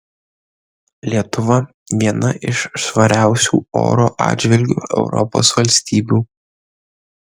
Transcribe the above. lietuva viena iš švariausių oro atžvilgiu europos valstybių